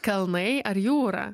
kalnai ar jūra